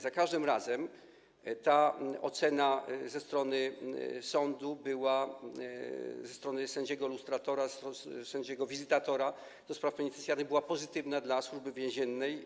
Za każdym razem ta ocena ze strony sądu, ze strony sędziego lustratora, sędziego wizytatora do spraw penitencjarnych była pozytywna dla Służby Więziennej.